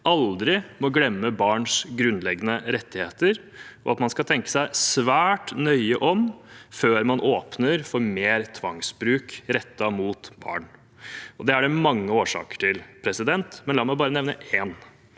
aldri må glemme barns grunnleggende rettigheter, og at man skal tenke seg svært nøye om før man åpner for mer tvangsbruk rettet mot barn. Det er det mange årsaker til, men la meg bare nevne én: